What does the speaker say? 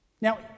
Now